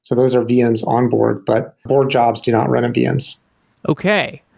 so those are vms onboard, but borg jobs do not run on vms okay.